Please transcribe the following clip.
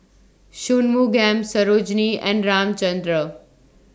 Shunmugam Sarojini and Ramchundra